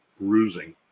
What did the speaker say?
bruising